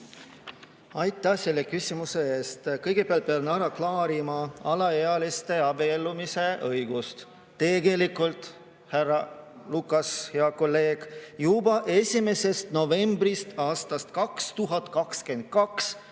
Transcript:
Aitäh selle küsimuse eest! Kõigepealt pean ära klaarima alaealiste abiellumise õiguse. Tegelikult, härra Lukas, hea kolleeg, juba 1. novembrist aastast 2022